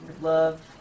love